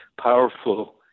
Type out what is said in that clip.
powerful